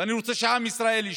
ואני רוצה שעם ישראל ישפוט,